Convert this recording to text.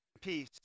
Peace